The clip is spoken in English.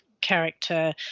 character